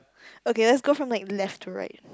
okay let's go from like left to right